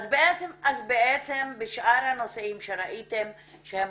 אז בעצם בשאר הנושאים שראיתם שהם